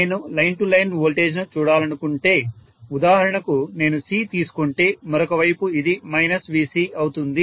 నేను line to line వోల్టేజ్ను చూడాలనుకుంటే ఉదాహరణకు నేను C తీసుకుంటే మరొక వైపు ఇది మైనస్ VC అవుతుంది